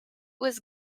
was